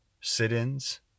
sit-ins